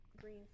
green